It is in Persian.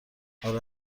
اره